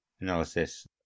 analysis